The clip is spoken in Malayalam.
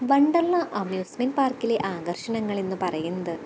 വണ്ടര്ലാ അമ്യൂസ്മെന്റ് പാര്ക്കിലെ ആകര്ഷണങ്ങളെന്നു പറയുന്നത്